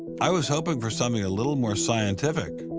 i was hoping for something a little more scientific.